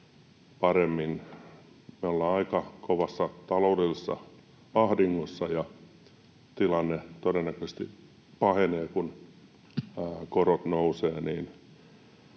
paremmin. Me ollaan aika kovassa taloudellisessa ahdingossa, ja tilanne todennäköisesti pahenee, kun korot nousevat.